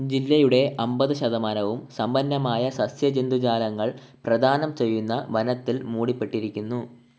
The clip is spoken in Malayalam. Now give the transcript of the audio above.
ജില്ലയുടെ അമ്പത് ശതമാനവും സമ്പന്നമായ സസ്യ ജന്തുജാലകങ്ങൾ പ്രദാനം ചെയ്യുന്ന വനത്തിൽ മൂടപ്പെട്ടിരിക്കുന്നു